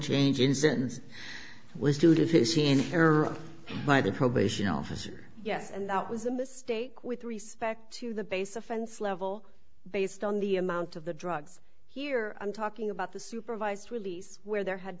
change in sentence was due to error by the probation officer yes and that was a mistake with respect to the base offense level based on the amount of the drugs here i'm talking about the supervised release where there had